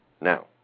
now